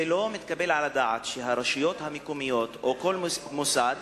זה לא מתקבל על הדעת שהרשויות המקומיות או כל מוסד